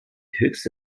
höchste